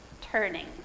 Turning